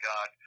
God